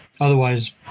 otherwise